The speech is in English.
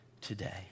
today